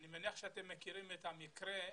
אני מניח שאתם מכירים את המקרה,